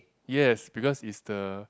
yes because is the